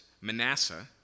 Manasseh